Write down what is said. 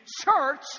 church